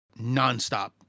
nonstop